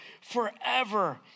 forever